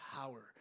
power